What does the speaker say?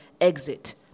exit